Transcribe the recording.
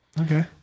Okay